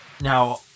Now